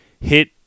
hit